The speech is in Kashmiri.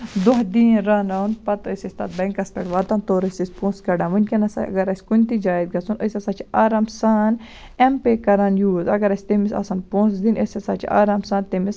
دۄہ دیٖن رَنان پَتہٕ ٲسۍ تَتھ بینٛکَس پٮ۪ٹھ واتان تورٕ ٲسۍ أسۍ پونٛسہٕ کَڑان ؤنکیٚنس اَگر اَسہِ کُنہِ تہِ جایہِ آسہِ گژھُن أسۍ ہسا چھِ آرام سان ایٚم پَے کران یوٗز اَگر اَسہِ تٔمس آسن پونٛسہٕ دِنۍ أسۍ ہسا چھِ آرام سان تٔمِس